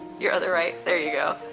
your other right, there you go.